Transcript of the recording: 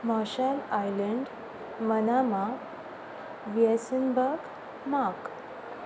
Marcel island Manama विएसॅनबर्ग mark